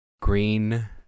Green